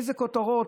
איזה כותרות,